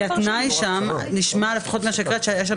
כי התנאי שם ממה שהקראת נשמע שהיה שם